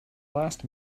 last